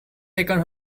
taken